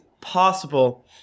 possible